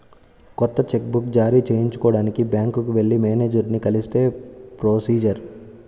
కొత్త cheque book జారీ చేయించుకోడానికి బ్యాంకుకి వెళ్లి మేనేజరుని కలిస్తే ప్రొసీజర్